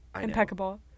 impeccable